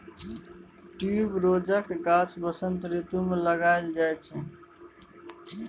ट्युबरोजक गाछ बसंत रितु मे लगाएल जाइ छै